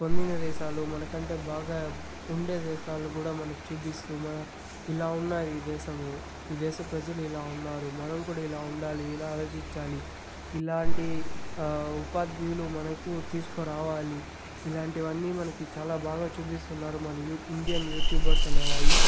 పొందిన దేశాలు మనకంటే బాగా ఉండే దేశాలు కూడా మనకి చూపిస్తూ మన ఇలా ఉన్న ఈ దేశము ఈ దేశ ప్రజలు ఇలా ఉన్నారు మనం కూడా ఇలా ఉండాలి ఇలా ఆలోచించాలి ఇలాంటి ఉపాధ్యులు మనకు తీసుకో రావాలి ఇలాంటివన్నీ మనకి చాలా బాగా చూపిస్తున్నారు మన యూ ఇండియన్ యూట్యూబర్స్ అనేవాళ్ళు